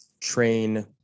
train